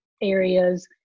areas